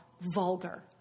vulgar